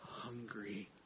Hungry